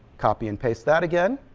copy and paste that again.